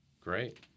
great